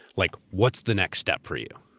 like what's the next step for you?